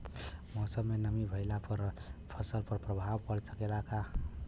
मौसम में नमी भइला पर फसल पर प्रभाव पड़ सकेला का?